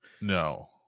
no